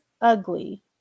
ugly